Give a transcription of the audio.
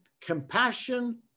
compassion